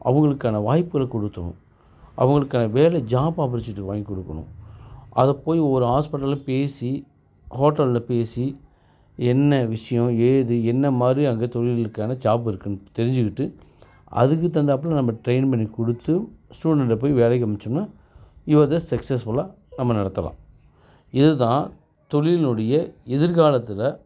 அவங்களுக்கான வாய்ப்புகளை கொடுத்துர்னும் அவங்களுக்கான வேலை ஜாப் ஆபர்ச்சுனிட்டி வாங்கி கொடுக்கணும் அதை போய் ஒரு ஹாஸ்பிட்டலில் பேசி ஹோட்டலில் பேசி என்ன விஷியம் ஏது என்ன மாதிரி அந்த தொழிலுக்கான ஜாப் இருக்குதுன்னு தெரிஞ்சிக்கிட்டு அதுக்கு தகுந்தாப்பில் நம்ம ட்ரெயின் பண்ணி கொடுத்து ஸ்டூடெண்ட்டை போய் வேலைக்கு அம்சோன்னா யூ ஆர் த சக்ஸஸ்ஃபுல்லா நம்ம நடத்தலாம் இது தான் தொழிலினுடைய எதிர்காலத்தில்